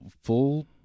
full